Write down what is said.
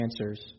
answers